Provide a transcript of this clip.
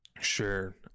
Sure